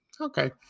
Okay